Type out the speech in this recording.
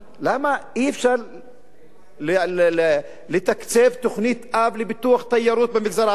למה אי-אפשר לתקצב תוכנית-אב לפיתוח תיירות במגזר הערבי?